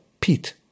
Pete